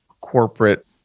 corporate